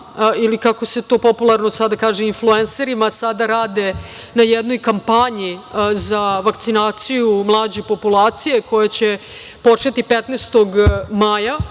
ili kako se to popularno sada kaže influenserima sada rade na jednoj kampanji za vakcinaciju mlađe populacije koja će početi 15. maja,